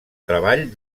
treball